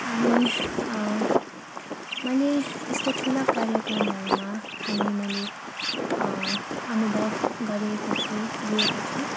अनि मैले यस्तो ठुला कार्यक्रमहरूमा खाने मैले अनुभव गरेको छु लिएको छु